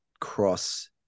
cross